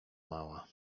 mała